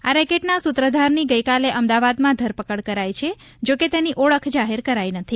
આ રેકેટના સૂત્રધારની ગઈકાલે અમદાવાદમાં ધરપકડ કરાઈ છે જોકે તેની ઓળખ જાહેર કરાઈ નથી